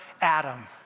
Adam